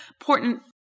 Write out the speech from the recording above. important